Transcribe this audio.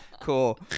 Cool